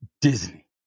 Disney